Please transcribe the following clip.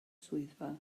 swyddfa